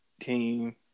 team